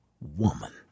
woman